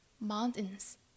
mountains